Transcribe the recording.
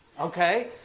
Okay